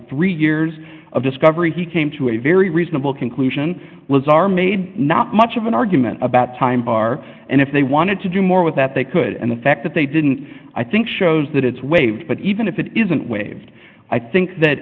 three years of discovery he came to a very reasonable conclusion was our made not much of an argument about time bar and if they wanted to do more with that they could and the fact that they didn't i think shows that it's waived but even if it isn't waived i think that